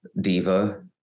diva